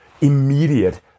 immediate